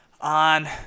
on